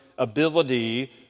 ability